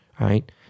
right